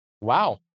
Wow